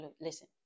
listen